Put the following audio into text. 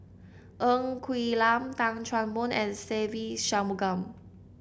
Ng Quee Lam Tan Chan Boon and Se Ve Shanmugam